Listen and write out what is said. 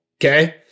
okay